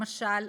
למשל,